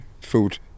food